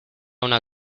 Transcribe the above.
una